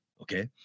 okay